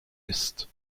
ist